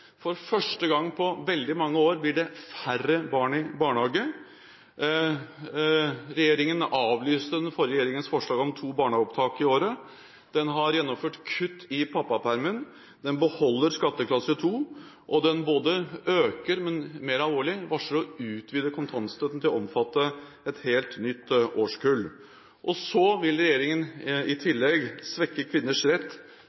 For første gang på veldig mange år blir det færre barn i barnehage. Regjeringen avlyste den forrige regjeringens forslag om to barnehageopptak i året. Den har gjennomført kutt i pappapermen. Den beholder skatteklasse 2. Og den både øker og – mer alvorlig – varsler å utvide kontantstøtten til å omfatte et helt nytt årskull. I tillegg vil regjeringen svekke kvinners rett